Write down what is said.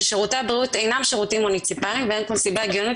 ששירותי הבריאות אינם שירותים מוניציפליים ואין כל סיבה הגיונית